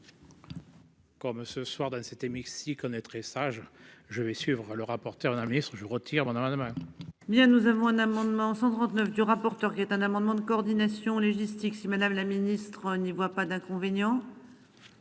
Comme ce soir dans cette et Mexique. On est très sage, je vais suivre leur apporter on administre je retire mon amendement. Bien nous avons un amendement 139 du rapporteur qui est un amendement de coordination logistique si madame la ministre, n'y voit pas d'inconvénient.